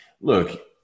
look